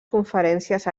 conferències